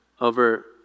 Over